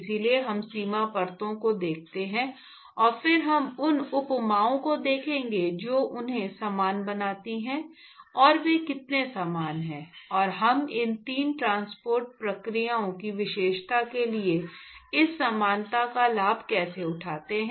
इसलिए हम सीमा परतों को देखते हैं और फिर हम उन उपमाओं को देखेंगे जो उन्हें समान बनाती हैं और वे कितनी समान हैं और हम इन तीन ट्रांसपोर्ट प्रक्रियाओं की विशेषता के लिए इस समानता का लाभ कैसे उठाते हैं